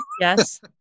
Yes